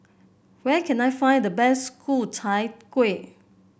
where can I find the best Ku Chai Kueh